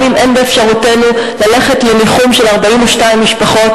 גם אם אין באפשרותנו ללכת לניחום של 42 משפחות.